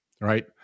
right